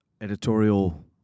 editorial